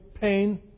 pain